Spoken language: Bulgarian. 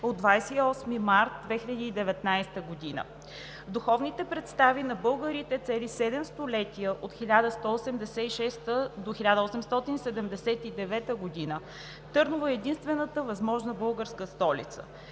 от 28 март 2019 г. В духовните представи на българите цели седем столетия – от 1186-а до 1879 г., Търново е единствената възможна българска столица.